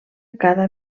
cada